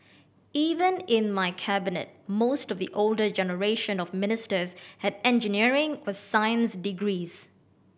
even in my Cabinet most of the older generation of ministers had engineering or science degrees